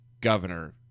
governor